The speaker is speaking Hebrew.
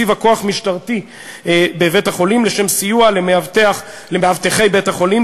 הציבה כוח משטרתי בבית-החולים לשם סיוע למאבטחי בית-החולים